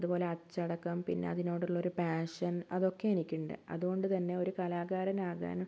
അതുപോലെ അച്ചടക്കം പിന്നെ അതിനോടുള്ള ഒരു പാഷൻ അതൊക്കെ എനിക്കുണ്ട് അതുകൊണ്ട് തന്നെ ഒരു കലാകാരൻ ആകാൻ